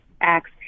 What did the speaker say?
acts